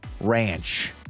Ranch